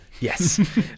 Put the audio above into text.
Yes